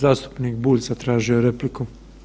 Zastupnik Bulj zatražio je repliku.